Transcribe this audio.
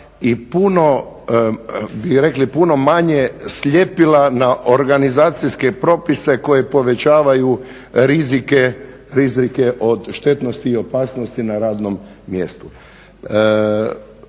bi rekli manje sljepila na organizacijske propise koji povećavaju rizike od štetnosti i opasnosti na radnom mjestu.